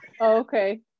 Okay